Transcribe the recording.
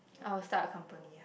I'll start a company ah